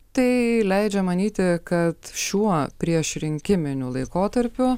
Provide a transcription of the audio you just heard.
tai leidžia manyti kad šiuo priešrinkiminiu laikotarpiu